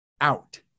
out